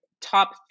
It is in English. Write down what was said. top